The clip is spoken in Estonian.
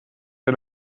see